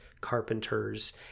carpenters